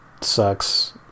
sucks